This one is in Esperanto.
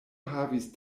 havis